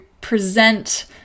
present